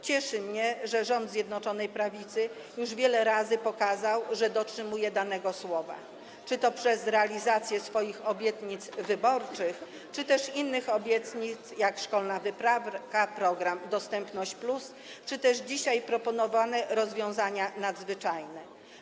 Cieszy mnie, że rząd Zjednoczonej Prawicy już wiele razy pokazał, że dotrzymuje danego słowa: czy to przez realizację swoich obietnic wyborczych, czy też innych obietnic, jak w przypadku szkolnej wyprawki i programu Dostępność+, czy też dzisiaj - przez proponowanie rozwiązań nadzwyczajnych.